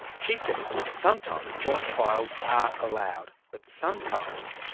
she says that sometimes joint trials are allowed. but sometimes,